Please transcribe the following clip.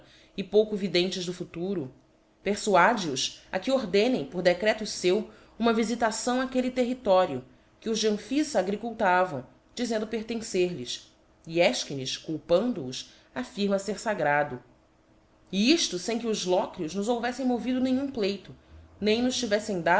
e pouco videntes do futuro perfuade os a que ordenem por decreto feu uma vi citação áquelle território que os de amphiífa agricultavam diz endo pertencer lhes e efchines culpando os affirmava fer fagrado e ifto fem que os locrios nos houvcítem movido nenhum pleito nem nos tiveltem